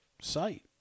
site